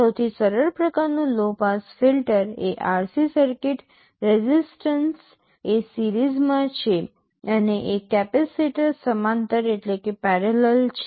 સૌથી સરળ પ્રકારનું લો પાસ ફિલ્ટર એ RC સર્કિટ રેસિસ્ટન્સ એ સીરિજમાં છે અને એક કેપેસિટર સમાંતર છે